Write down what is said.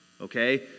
okay